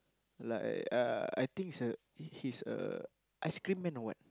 like uh I think is a he's a ice cream man or what